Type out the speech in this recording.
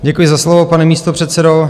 Děkuji za slovo, pane místopředsedo.